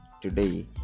today